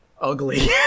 ugly